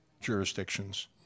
jurisdictions